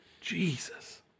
Jesus